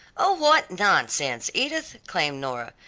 oh, what nonsense, edith! exclaimed nora,